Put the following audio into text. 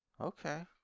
Okay